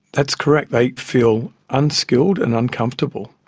that's correct, they feel unskilled and uncomfortable,